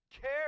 care